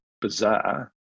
bizarre